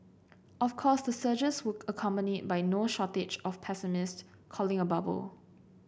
of course the surges would accompanied by no shortage of pessimists calling a bubble